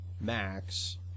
Max